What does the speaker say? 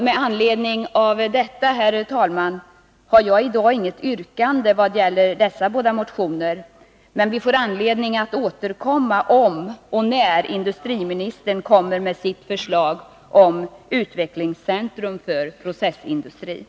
Med anledning av detta, herr talman, har jag inte i dag något yrkande vad gäller dessa båda motioner. Men vi får anledning att återkomma om och när industriministern kommer med sitt förslag om ett utvecklingscentrum för processindustrin.